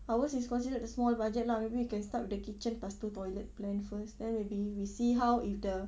ours is considered the small budget lah maybe we can start with the kitchen plus two toilet plan first then maybe we see how if the